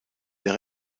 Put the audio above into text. der